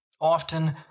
often